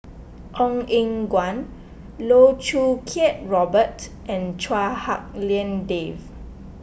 Ong Eng Guan Loh Choo Kiat Robert and Chua Hak Lien Dave